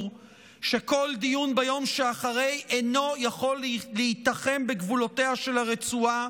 שכל דיון ביום שאחרי אינו יכול להיתחם בגבולותיה של הרצועה,